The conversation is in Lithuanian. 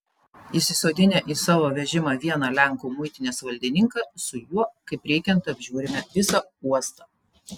įsisodinę į savo vežimą vieną lenkų muitinės valdininką su juo kaip reikiant apžiūrime visą uostą